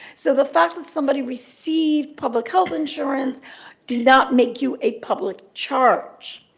so the fact that somebody received public health insurance did not make you a public charge.